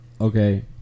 okay